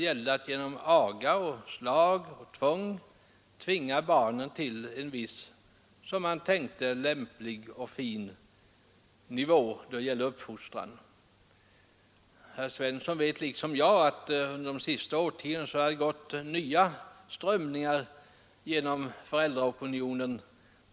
Genom aga och tvång ville man bringa upp barnet på en, som man tänkte, lämplig och fin uppfostringsnivå. Som herr Svensson vet har det under de senaste årtiondena gått nya strömningar genom föräldraopinionen.